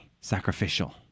sacrificial